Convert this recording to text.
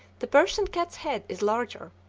the persian cat's head is larger,